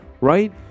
Right